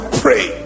pray